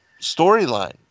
storyline